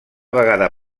vegada